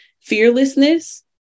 fearlessness